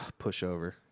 pushover